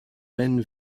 mène